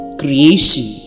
creation